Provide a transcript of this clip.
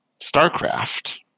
StarCraft